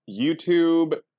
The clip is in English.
YouTube